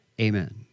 Amen